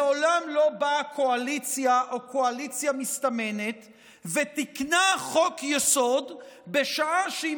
מעולם לא באה קואליציה או קואליציה מסתמנת ותיקנה חוק-יסוד בשעה שהיא